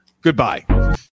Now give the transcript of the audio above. Goodbye